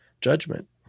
judgment